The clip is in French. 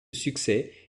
succès